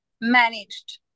managed